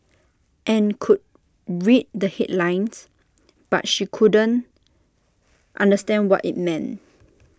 and could read the headlines but she couldn't understand what IT meant